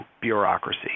bureaucracy